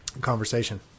conversation